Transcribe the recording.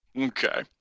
Okay